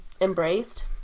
embraced